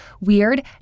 weird